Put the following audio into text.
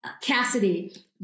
Cassidy